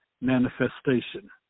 manifestation